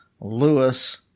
Lewis